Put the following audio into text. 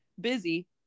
busy